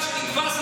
אוהב אותך,